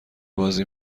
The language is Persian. بازی